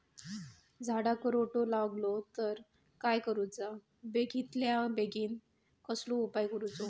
झाडाक रोटो लागलो तर काय करुचा बेगितल्या बेगीन कसलो उपाय करूचो?